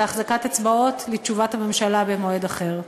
בהחזקת אצבעות לתשובת הממשלה במועד אחר.